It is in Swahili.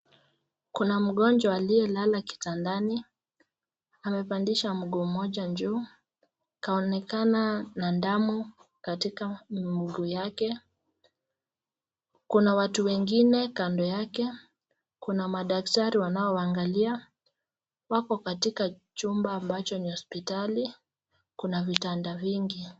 Kuna mgonjwa aliye lala kitandani amepandisha mguu moja juu, kaonekana na damu katika mguu yake, kuna watu wengine kando yake, kuna madaktari wanao angalia, wapo katika chumba ambacho ni ya hospitali kuna vitanda vingi.